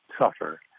suffer